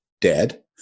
dead